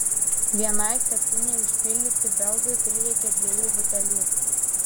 vienai statinei užpildyti belgui prireikė dviejų butelių